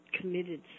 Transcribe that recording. committed